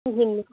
کِہیٖنٛۍ نہٕ